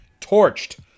torched